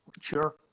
Sure